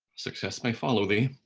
success may follow thee